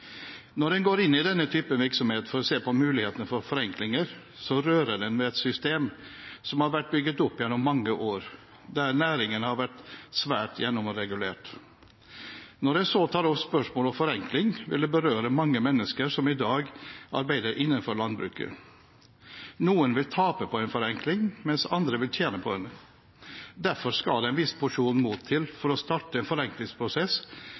Når en går inn i denne typen virksomhet for å se på muligheter for forenklinger, rører en ved et system som har vært bygd opp gjennom mange år – der næringen har vært svært gjennomregulert. Når en så tar opp spørsmålet om forenkling, vil det berøre mange mennesker som i dag arbeider innenfor landbruket. Noen vil tape på en forenkling, mens andre vil tjene på den. Derfor skal det en viss porsjon mot til for å starte en forenklingsprosess